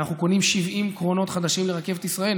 ואנחנו קונים 70 קרונות חדשים לרכבת ישראל.